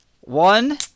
one